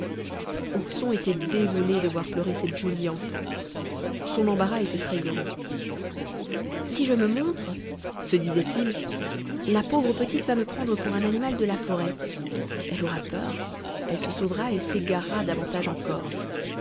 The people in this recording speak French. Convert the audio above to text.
ourson était désolé de voir pleurer cette jolie enfant son embarras était très grand si je me montre se disait-il la pauvre petite va me prendre pour un animal de la forêt elle aura peur elle se sauvera et s'égarera davantage encore